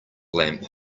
lamp